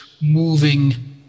moving